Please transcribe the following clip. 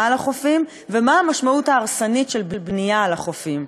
על החופים ומה המשמעות ההרסנית של בנייה על החופים.